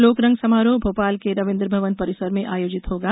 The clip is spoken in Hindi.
लोकरंग समारोह भोपाल के रविन्द्र भवन परिसर में आयोजित होगा